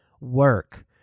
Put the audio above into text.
work